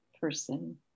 person